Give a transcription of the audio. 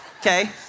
okay